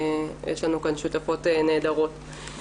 יש לנו כאן שותפות נהדרות.